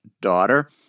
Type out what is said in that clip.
daughter